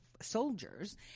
soldiers